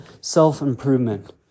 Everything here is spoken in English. self-improvement